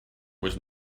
was